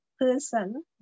person